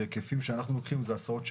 אלה הסעות שלנו.